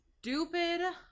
stupid